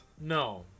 No